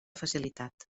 facilitat